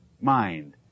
mind